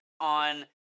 on